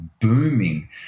booming